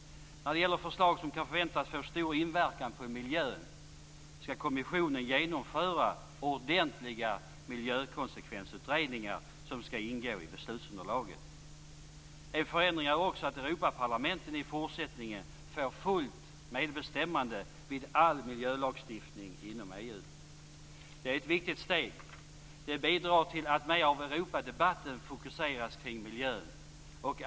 När det gäller förslag som kan förväntas få stor inverkan på miljön skall kommissionen genomföra ordentliga miljökonsekvensutredningar som skall ingå i beslutsunderlaget. En förändring är också att Europaparlamentet i fortsättningen får fullt medbestämmande vid all miljölagstiftning inom EU. Det är ett viktigt steg. Det bidrar till att mer av Europadebatten fokuseras på miljön.